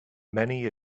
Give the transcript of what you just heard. many